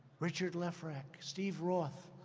richard lefrak. steve roth.